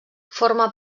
forma